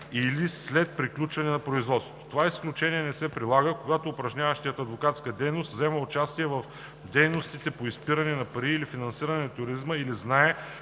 или след приключване на производството. Това изключение не се прилага, когато упражняващият адвокатска дейност взема участие в дейностите по изпиране на пари или финансиране на тероризма или знае,